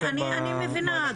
אני מבינה,